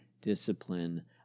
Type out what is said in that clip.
discipline